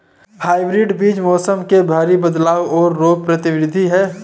hybrid बीज मौसम में भारी बदलाव और रोग प्रतिरोधी हैं